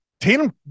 Tatum